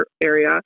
area